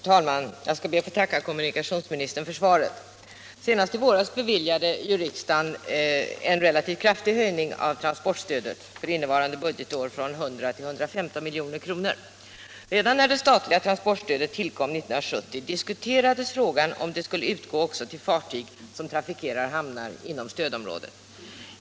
Herr talman! Jag tackar kommunikationsministern för svaret. Senast i våras beviljade riksdagen en relativt kraftig höjning av transportstödet, för innevarande budgetår från 100 till 115 milj.kr. Redan när det statliga transportstödet tillkom 1970 diskuterades frågan om det skulle utgå också till fartyg, som trafikerar hamnar inom stödområdet.